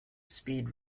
speed